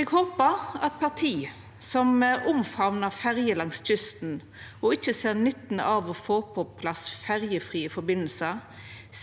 Eg håpar at parti som omfamnar ferjer langs kysten og ikkje ser nytten av å få på plass ferjefrie forbindelsar,